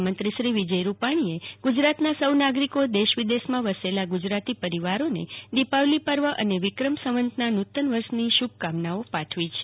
મુખ્યમંત્રી શ્રી વિજયભાઇ રૂપાણીએ ગુજરાતના સૌ નાગરિકો દેશ વિદેશમાં વસેલા ગુજરાતી પરિવારોને દિપાવલી પર્વ અને વિક્રમ સંવતના નૂ તનવર્ષની શુભકામનઓ પાઠવી છે